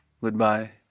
Goodbye